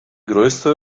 größte